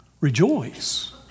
Rejoice